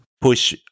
push